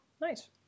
Nice